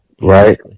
Right